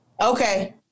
Okay